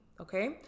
Okay